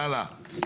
יאללה.